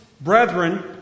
brethren